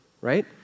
right